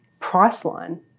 Priceline